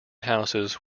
houses